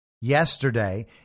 yesterday